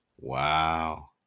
Wow